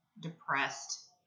Depressed